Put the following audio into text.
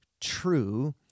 true